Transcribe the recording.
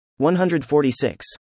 146